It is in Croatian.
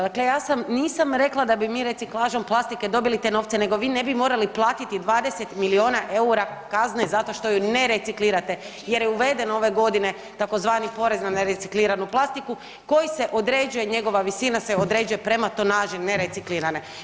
Dakle ja sam, nisam rekla da bi mi reciklažom plastike dobili te novce nego vi ne bi morali platiti 20 miliona EUR-a kazne zato što ju ne reciklirate jer je uveden ove godine tzv. porez na nerecikliranu plastiku koji se određuje, njegova visina se određuje prema tonaži nereciklirane.